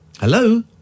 Hello